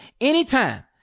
anytime